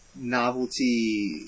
novelty